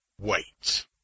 wait